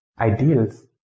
ideals